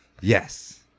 Yes